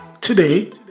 today